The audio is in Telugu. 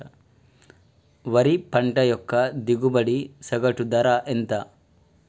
వరి పంట యొక్క దిగుబడి సగటు ధర ఎంత?